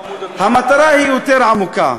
המטרה היא יותר עמוקה: